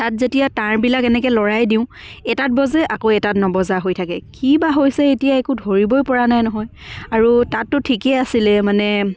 তাত যেতিয়া তাঁৰবিলাক এনেকৈ লৰাই দিওঁ এটাত বাজে আকৌ এটাত নবজা হৈ থাকে কি বা হৈছে এতিয়া ধৰিবই পৰা নাই নহয় আৰু তাততো ঠিকে আছিলে মানে